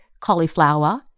cauliflower